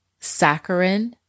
saccharin